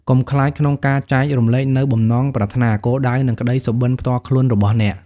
កុំខ្លាចក្នុងការចែករំលែកនូវបំណងប្រាថ្នា គោលដៅ និងក្ដីសុបិន្តផ្ទាល់ខ្លួនរបស់អ្នក។